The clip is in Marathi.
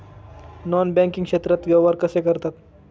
नॉन बँकिंग क्षेत्रात व्यवहार कसे करतात?